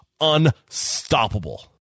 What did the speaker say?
unstoppable